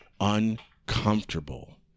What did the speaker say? uncomfortable